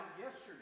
yesterday